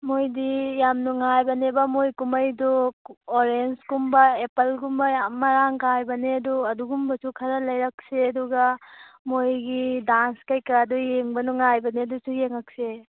ꯃꯣꯏꯗꯤ ꯌꯥꯝ ꯅꯨꯡꯉꯥꯏꯕꯅꯦꯕ ꯃꯣꯏ ꯀꯨꯝꯃꯩꯗꯨ ꯑꯣꯔꯦꯟꯁꯀꯨꯝꯕ ꯑꯦꯄꯜꯒꯨꯝꯕ ꯌꯥꯝ ꯃꯔꯥꯡꯀꯥꯏꯕꯅꯦ ꯑꯗꯣ ꯑꯗꯨꯒꯨꯝꯕꯁꯨ ꯈꯔ ꯂꯩꯔꯛꯁꯦ ꯑꯗꯨꯒ ꯃꯣꯏꯒꯤ ꯗꯥꯟꯁ ꯀꯩꯀꯥꯗꯨ ꯌꯦꯡꯕ ꯅꯨꯡꯉꯥꯏꯕꯅꯦ ꯑꯗꯨꯁꯨ ꯌꯦꯡꯉꯛꯁꯦ